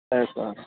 ایسا